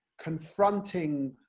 confronting